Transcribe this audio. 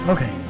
Okay